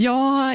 Jag